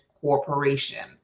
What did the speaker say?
corporation